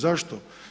Zašto?